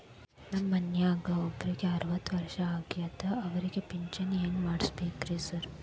ನಮ್ ಮನ್ಯಾಗ ಒಬ್ರಿಗೆ ಅರವತ್ತ ವರ್ಷ ಆಗ್ಯಾದ ಅವ್ರಿಗೆ ಪಿಂಚಿಣಿ ಹೆಂಗ್ ಮಾಡ್ಸಬೇಕ್ರಿ ಸಾರ್?